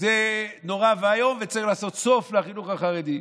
זה נורא ואיום וצריך לעשות סוף לחינוך החרדי.